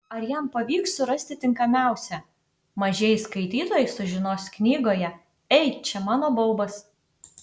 ar jam pavyks surasti tinkamiausią mažieji skaitytojai sužinos knygoje ei čia mano baubas